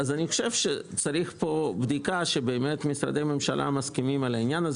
אני חושב שצריך פה בדיקה ששרי ממשלה מסכימים לו,